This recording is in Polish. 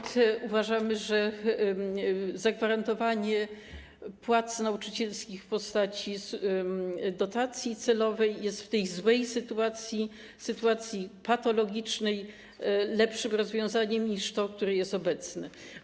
Dlatego uważamy, że zagwarantowanie płac nauczycielskich w postaci dotacji celowej jest w tej złej sytuacji, sytuacji patologicznej, lepszym rozwiązaniem niż to, które jest obecnie.